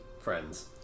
friends